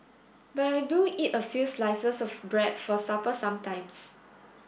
but I do eat a few slices of bread for supper sometimes